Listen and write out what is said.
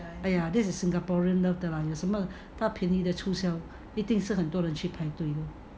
!aiya! this is singaporean love lah 他便宜的促销一定是很多人去的